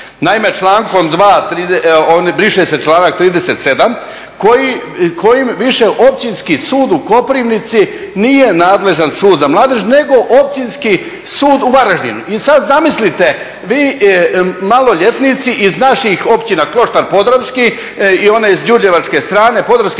Naime, člankom 2. briše se članak 37. kojim više Općinski sud u Koprivnici nije nadležan sud za mladež, nego Općinski sud u Varaždinu. I sad zamislite, vi maloljetnici iz naših općina Kloštar Podravski i one iz đurđevačke strane, Podravske